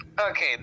Okay